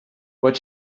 what